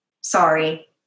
Sorry